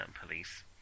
police